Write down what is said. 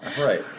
right